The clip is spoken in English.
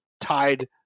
tied